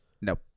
No